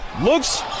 Looks